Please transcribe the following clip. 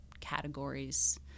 categories